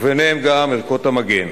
וביניהם גם ערכות המגן,